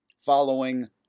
following